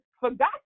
forgot